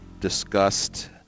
discussed